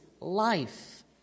life